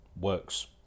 works